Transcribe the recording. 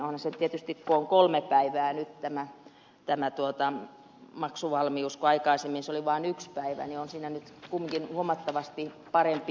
onhan se tietysti kun on kolme päivää nyt tämä maksuvalmius kun aikaisemmin se oli vain yksi päivä kumminkin huomattavasti parempi